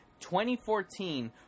2014